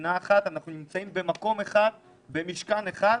במדינה אחת ונמצאים במקום אחד ובמשכן אחד,